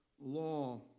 law